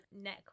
neck